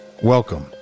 welcome